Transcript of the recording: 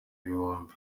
ibihumbi